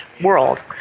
world